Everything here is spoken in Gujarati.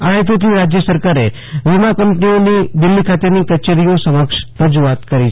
આ હેતુથી રાજ્ય સરકારે વીમા કંપનીઓની દિલ્હી ખાતેની કચેરીઓ સમક્ષ રજૂઆત કરી છે